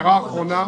הערה אחרונה,